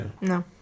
No